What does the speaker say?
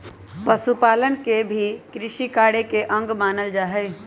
पशुपालन के भी कृषिकार्य के अंग मानल जा हई